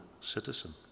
citizen